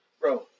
bro